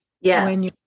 Yes